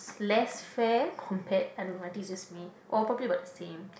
less fair compare alamak this is with me or probably about the same